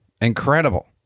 Incredible